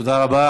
תודה רבה.